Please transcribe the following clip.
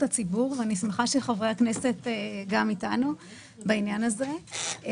הציבור ואני שמחה שחברי הכנסת גם אתנו בעניין הזה.